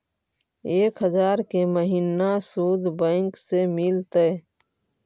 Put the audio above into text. एक हजार के महिना शुद्ध बैंक से मिल तय?